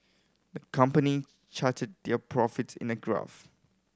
the company charted their profits in a graph